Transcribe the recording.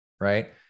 right